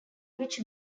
which